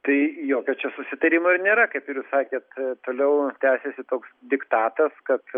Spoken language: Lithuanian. tai jokio čia susitarimo ir nėra kaip ir jūs sakėt toliau tęsiasi toks diktatas kad